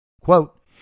quote